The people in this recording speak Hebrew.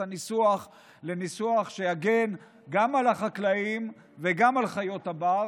הניסוח לניסוח שיגן גם על החקלאים וגם על חיות הבר,